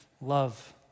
love